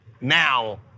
Now